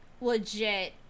Legit